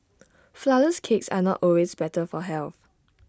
Flourless Cakes are not always better for health